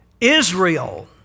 Israel